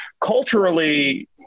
culturally